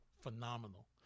phenomenal